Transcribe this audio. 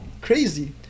crazy